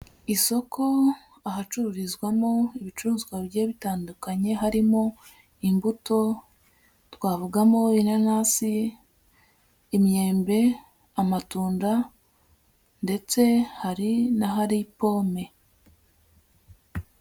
Isoko ahacururizwamo ibicuruzwa bigiye bitandukanye, harimo imbuto twavugamo inanasi, imyembe, amatunda ndetse hari n'ahari pome.